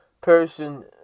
person